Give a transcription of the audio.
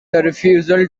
refusal